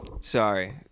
Sorry